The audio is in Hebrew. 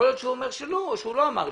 יכול להיות שהוא אומר שהוא לא אמר לי,